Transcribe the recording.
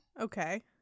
Okay